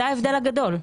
זה ההבדל הגדול.